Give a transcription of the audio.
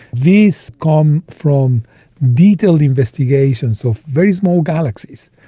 these come from detailed investigations of very small galaxies,